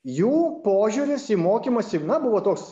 jų požiūris į mokymąsi na buvo toks